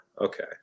Okay